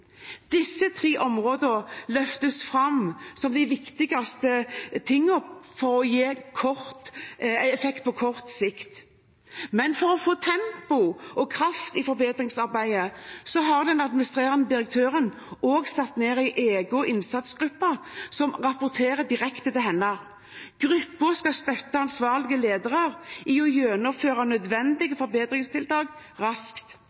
Disse tre områdene løftes fram som de viktigste tingene for å gi effekt på kort sikt. Men for å få tempo og kraft i forbedringsarbeidet har administrerende direktør også satt ned en egen innsatsgruppe som rapporterer direkte til henne. Gruppen skal støtte ansvarlige ledere i å gjennomføre nødvendige forbedringstiltak raskt.